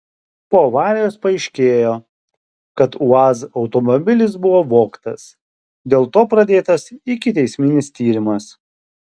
po avarijos paaiškėjo kad uaz automobilis buvo vogtas dėl to pradėtas ikiteisminis tyrimas